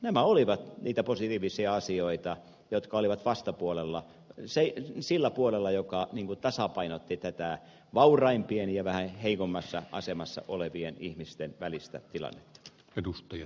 nämä olivat niitä positiivisia asioita jotka olivat vastapuolella sillä puolella joka tasapainotti vauraimpien ja vähän heikommassa asemassa olevien ihmisten välistä tilannetta